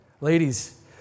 Ladies